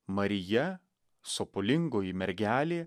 marija sopulingoji mergelė